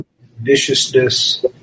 viciousness